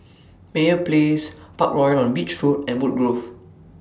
Meyer Place Parkroyal on Beach Road and Woodgrove